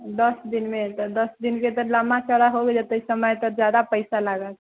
दस दिनमे तऽ दस दिनके तऽ लम्बा चौड़ा हो गेलै समय तऽ ज्यादा पैसा लागत